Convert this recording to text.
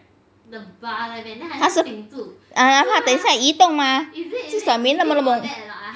它是 uh 怕它等一下移动嘛